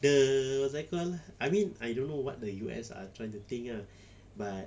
the what's that called I mean I don't know what the U_S are trying to think ah but